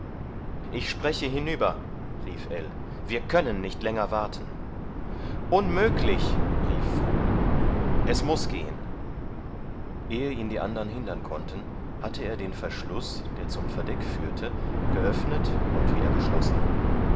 ich spreche hinüber rief ell wir können nicht länger warten unmöglich rief fru es muß gehen ehe ihn die andern hindern konnten hatte er den verschluß der zum verdeck führte geöffnet und wieder geschlossen